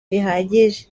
bihagije